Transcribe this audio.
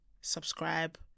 subscribe